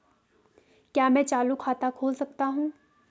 क्या मैं चालू खाता खोल सकता हूँ?